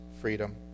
freedom